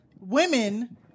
Women